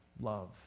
love